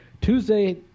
Tuesday